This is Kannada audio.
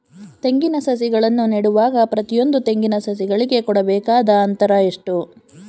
ತೆಂಗಿನ ಸಸಿಗಳನ್ನು ನೆಡುವಾಗ ಪ್ರತಿಯೊಂದು ತೆಂಗಿನ ಸಸಿಗಳಿಗೆ ಕೊಡಬೇಕಾದ ಅಂತರ ಎಷ್ಟು?